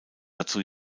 dazu